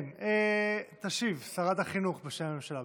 כן, תשיב שרת החינוך בשם הממשלה.